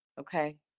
Okay